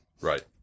right